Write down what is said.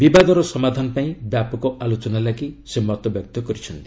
ବିବାଦର ସମାଧାନ ପାଇଁ ବ୍ୟାପକ ଆଲୋଚନା ଲାଗି ସେ ମତବ୍ୟକ୍ତ କରିଛନ୍ତି